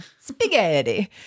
Spaghetti